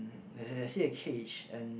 I just see a cage and